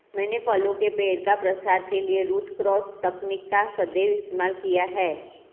मैंने फलों के पेड़ का प्रसार के लिए रूट क्रॉस तकनीक का सदैव इस्तेमाल किया है